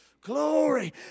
Glory